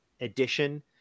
edition